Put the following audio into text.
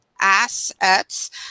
assets